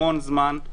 המון זמן.